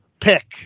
pick